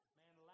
man